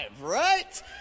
right